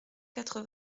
quatre